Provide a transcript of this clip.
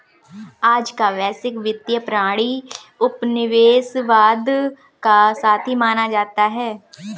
आज का वैश्विक वित्तीय प्रणाली उपनिवेशवाद का साथी माना जाता है